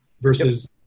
versus